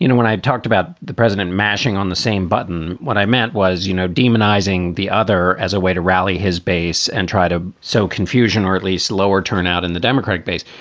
you know when i talked about the president mashing on the same button. what i meant was, you know, demonizing the other as a way to rally his base and try to sow confusion or at least lower turnout in the democratic base.